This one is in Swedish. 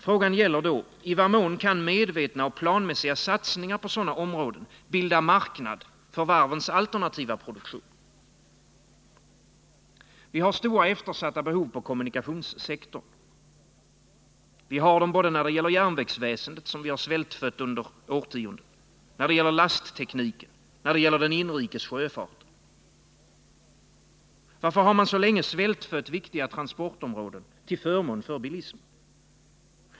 Frågan gäller då: vad mån kan medvetna och planmässiga satsningar på sådana områden bilda marknad för varvens alternativa produktion? Vi har stora eftersatta behov på kommunikationssektorn. Vi har dem både när det gäller järnvägsväsendet — som man har svältfött under årtionden — när det gäller lasttekniken och när det gäller den inrikes s man så länge svältfött viktiga transportområden till förmån för bilismen?